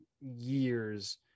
years